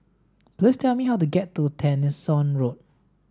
please tell me how to get to Tessensohn Road